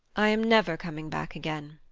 i am never coming back again.